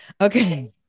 Okay